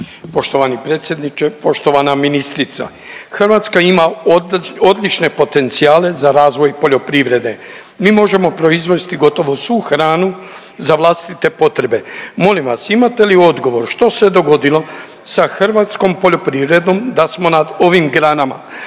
Poštovani predsjedniče, poštovana ministrica, Hrvatska ima odlične potencijale za razvoj poljoprivrede, mi možemo proizvesti gotovo svu hranu za vlastite potrebe. Molim vas imate li odgovor što se dogodilo sa hrvatskom poljoprivrednom da smo na ovim granama